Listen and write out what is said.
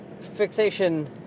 fixation